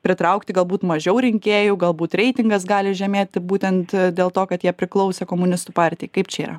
pritraukti galbūt mažiau rinkėjų galbūt reitingas gali žemėti būtent dėl to kad jie priklausė komunistų partijai kaip čia yra